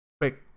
quick